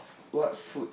what food